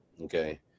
okay